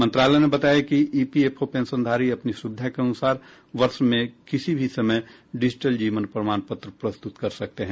मंत्रालय ने बताया कि ईपीएफओ पेंशनधारी अपनी सुविधा के अनुसार वर्ष में किसी भी समय डिजिटल जीवन प्रमाण पत्र प्रस्तुत कर सकते हैं